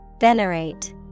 Venerate